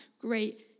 great